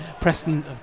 Preston